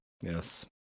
Yes